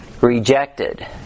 rejected